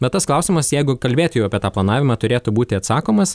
na tas klausimas jeigu kalbėti jau apie tą planavimą turėtų būti atsakomas